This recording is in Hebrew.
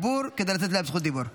כדי לתת להם זכות דיבור.